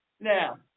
Now